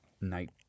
night